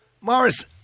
Morris